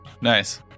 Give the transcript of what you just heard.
nice